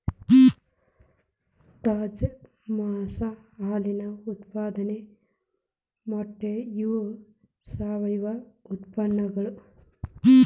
ತಾಜಾ ಮಾಂಸಾ ಹಾಲಿನ ಉತ್ಪಾದನೆ ಮೊಟ್ಟೆ ಇವ ಸಾವಯುವ ಉತ್ಪನ್ನಗಳು